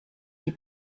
die